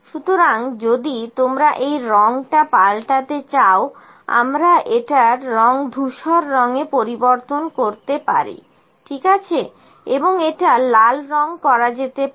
সুতরাং যদি তোমরা এই রঙটা পাল্টাতে চাও আমরা এটার রং ধূসর রঙে পরিবর্তন করতে পারি ঠিক আছে এবং এটা লাল রং করা যেতে পারে